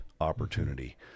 opportunity